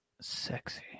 sexy